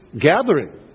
gathering